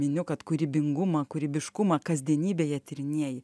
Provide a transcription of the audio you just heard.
miniu kad kūrybingumą kūrybiškumą kasdienybėje tyrinėji